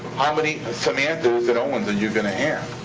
how many samanthas and owens are you gonna have?